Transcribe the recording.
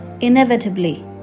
inevitably